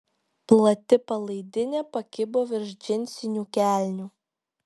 plati palaidinė pakibo virš džinsinių kelnių